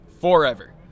forever